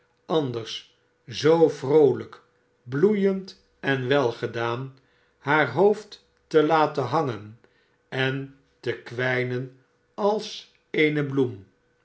anders zoo vroolijk bloeiend en welgedaan haar hoofd te laten hangen en te kwijnen als eene bloem